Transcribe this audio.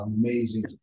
amazing